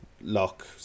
lock